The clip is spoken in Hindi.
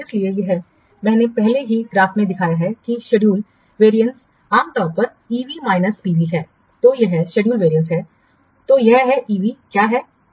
इसलिए यह मैंने पहले ही ग्राफ में दिखाया है कि शेड्यूल वेरिएंट आमतौर पर EV माइनस P V तो यह शेड्यूल वेरिएशन है तो यह है EV क्या है यह P V है